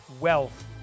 wealth